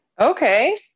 Okay